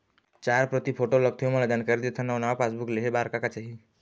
चार प्रति फोटो लगथे ओमन ला जानकारी देथन अऊ नावा पासबुक लेहे बार का का चाही?